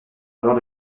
alors